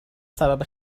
سبب